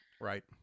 Right